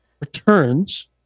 returns